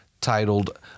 titled